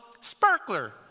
sparkler